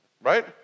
Right